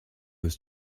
was